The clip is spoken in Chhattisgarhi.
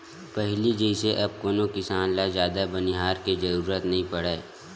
पहिली जइसे अब कोनो किसान ल जादा बनिहार के जरुरत नइ पड़य